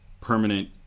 permanent